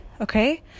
okay